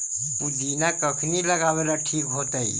पुदिना कखिनी लगावेला ठिक होतइ?